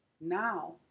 now